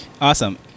Awesome